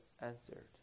answered